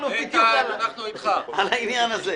אנחנו בדיוק על העניין הזה.